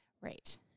Right